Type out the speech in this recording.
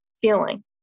feeling